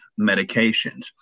medications